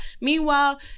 Meanwhile